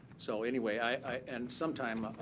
so anyway, i and sometime,